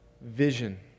vision